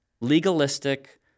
legalistic